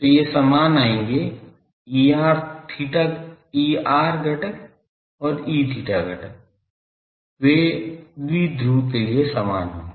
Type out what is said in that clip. तो ये समान आएंगे Er घटक और Eθ घटक वे द्विध्रुव के लिए समान होंगे